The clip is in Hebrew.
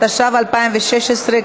התשע"ו 2016,